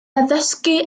addysgu